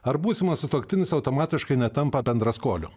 ar būsimas sutuoktinis automatiškai netampa bendraskoliu